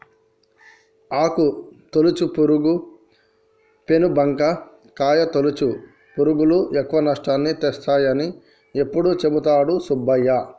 ఆకు తొలుచు పురుగు, పేను బంక, కాయ తొలుచు పురుగులు ఎక్కువ నష్టాన్ని తెస్తాయని ఎప్పుడు చెపుతాడు సుబ్బయ్య